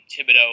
Thibodeau